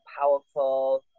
powerful